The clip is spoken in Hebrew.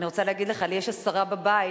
אני רוצה להגיד לך: לי יש עשרה בבית,